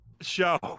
show